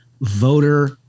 voter